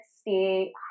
stay